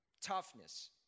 toughness